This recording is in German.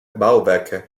bauwerke